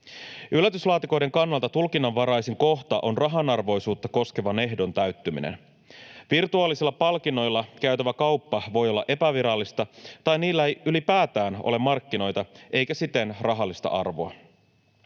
Yllätyslaatikoiden kannalta tulkinnanvaraisin kohta on rahanarvoisuutta koskevan ehdon täyttyminen. Virtuaalisilla palkinnoilla käytävä kauppa voi olla epävirallista, tai niillä ei ylipäätään ole markkinoita eikä siten rahallista arvoa.